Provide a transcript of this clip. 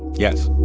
yes